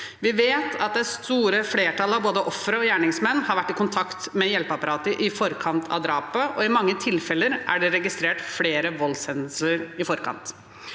Vi vet at det store flertallet av både ofre og gjerningsmenn har vært i kontakt med hjelpeapparatet i forkant av drapet, og i mange tilfeller er det registrert flere voldshendelser i forkant.